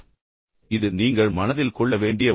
எனவே இது நீங்கள் மனதில் கொள்ள வேண்டிய ஒன்று